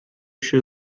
się